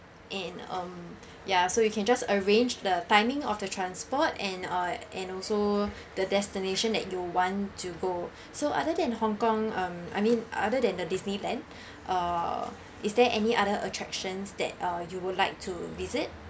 and um yeah so you can just arrange the timing of the transport and uh and also the destination that you want to go so other than Hong-Kong um I mean other than the disneyland uh is there any other attractions that uh you would like to visit